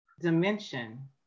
dimension